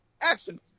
action